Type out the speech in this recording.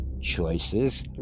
choices